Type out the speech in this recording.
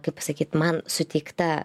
kaip pasakyt man suteikta